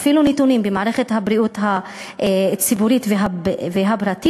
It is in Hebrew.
אפילו נתונים במערכת הבריאות הציבורית והפרטית.